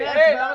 הוקראו.